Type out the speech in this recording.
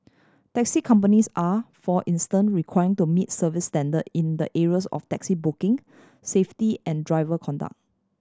taxi companies are for instance require to meet service standard in the areas of taxi booking safety and driver conduct